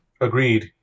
agreed